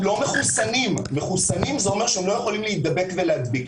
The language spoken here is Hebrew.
מחוסנים זה אומר שהם לא יכולים להידבק ולהדביק.